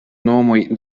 nomoj